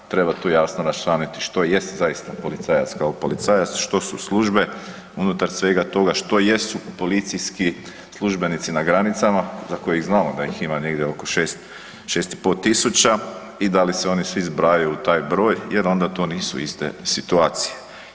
Treba tu jasno raščlaniti što jest zaista policajac kao policajac, što su službe unutar svega toga, što jesu policijski službenici na granicama za koje znamo da ih ima negdje oko 6 i pol tisuća i da li se oni svi zbrajaju u taj broj jer onda to nisu iste situacije.